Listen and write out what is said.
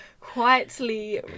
Quietly